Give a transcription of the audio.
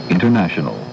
International